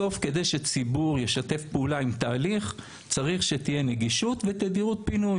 בסוף כדי שציבור ישתף פעולה עם תהליך צריך שתהיה נגישות ותדירות פינוי.